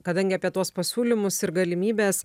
kadangi apie tuos pasiūlymus ir galimybes